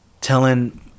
telling